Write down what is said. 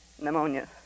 Pneumonia